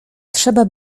trzeba